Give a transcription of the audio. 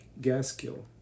Gaskill